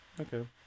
okay